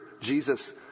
Jesus